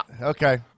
Okay